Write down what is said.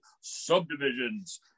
subdivisions